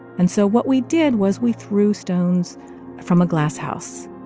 and so what we did was we threw stones from a glass house